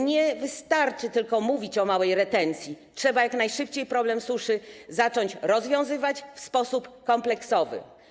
Nie wystarczy tylko mówić o małej retencji, trzeba jak najszybciej problem suszy zacząć rozwiązywać w sposób kompleksowy.